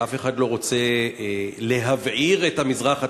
ואף אחד לא רוצה להבעיר את המזרח התיכון,